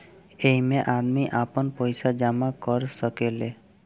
ऐइमे आदमी आपन पईसा जमा कर सकेले